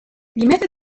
لماذا